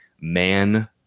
man